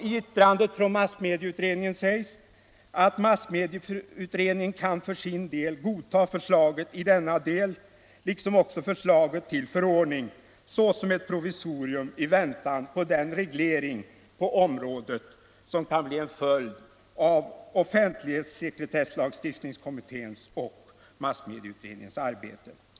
I yttrandet från massmedieutredningen sägs: Massmedieutredningen kan för sin del godta förslaget i denna del liksom också förslaget till förordning såsom ett provisorium i väntan på den reglering på området som kan bli en följd av offentlighetsoch sekretesslagstiftningskommitténs och massmedieutredningens arbete.